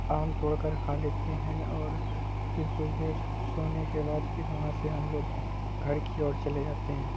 آم توڑ کر کھا لیتے ہیں اور پھر کچھ دیر سونے کے بعد پھر وہاں سے ہم لوگ گھر کی اور چلے جاتے ہیں